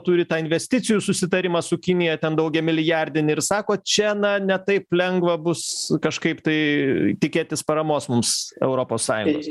turi tą investicijų susitarimą su kinija ten daugiamilijardinį ir sako čia na ne taip lengva bus kažkaip tai tikėtis paramos mums europos sąjungos